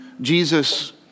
Jesus